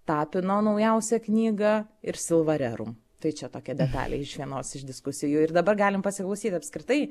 tapino naujausią knygą ir silva rerum tai čia tokia detalė iš vienos iš diskusijų ir dabar galim pasiklausyt apskritai